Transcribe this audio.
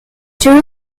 two